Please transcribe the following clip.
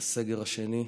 על הסגר השני.